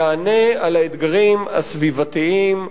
יענה על האתגרים הסביבתיים,